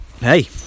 hey